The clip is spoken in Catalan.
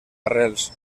arrels